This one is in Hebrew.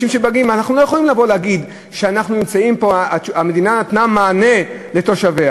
אנחנו לא יכולים לבוא ולהגיד שהמדינה נתנה מענה לתושביה,